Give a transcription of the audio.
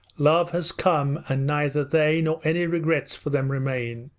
love has come and neither they nor any regrets for them remain!